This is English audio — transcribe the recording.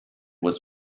was